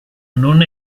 non